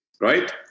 right